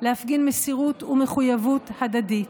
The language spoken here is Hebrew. להפגין מסירות ומחויבות הדדית.